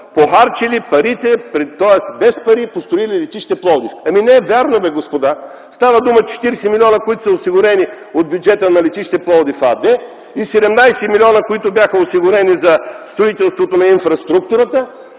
написал: „Без пари построили летище Пловдив”. Ами, не е вярно господа! Става дума за 40 милиона, които са осигурени от бюджета на „Летище Пловдив” АД и 17 милиона, които бяха осигурени за строителството на инфраструктурата.